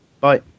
bye